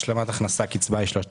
קצבת השלמת הכנסה זה 3,700,